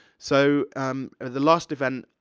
so, um at the last event,